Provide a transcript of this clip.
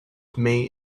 may